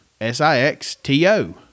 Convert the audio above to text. S-I-X-T-O